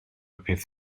peth